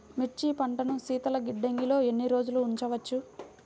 మిర్చి పంటను శీతల గిడ్డంగిలో ఎన్ని రోజులు ఉంచవచ్చు?